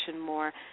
more